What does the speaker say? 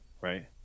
right